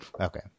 okay